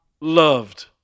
loved